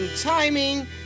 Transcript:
Timing